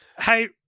Hey